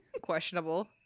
Questionable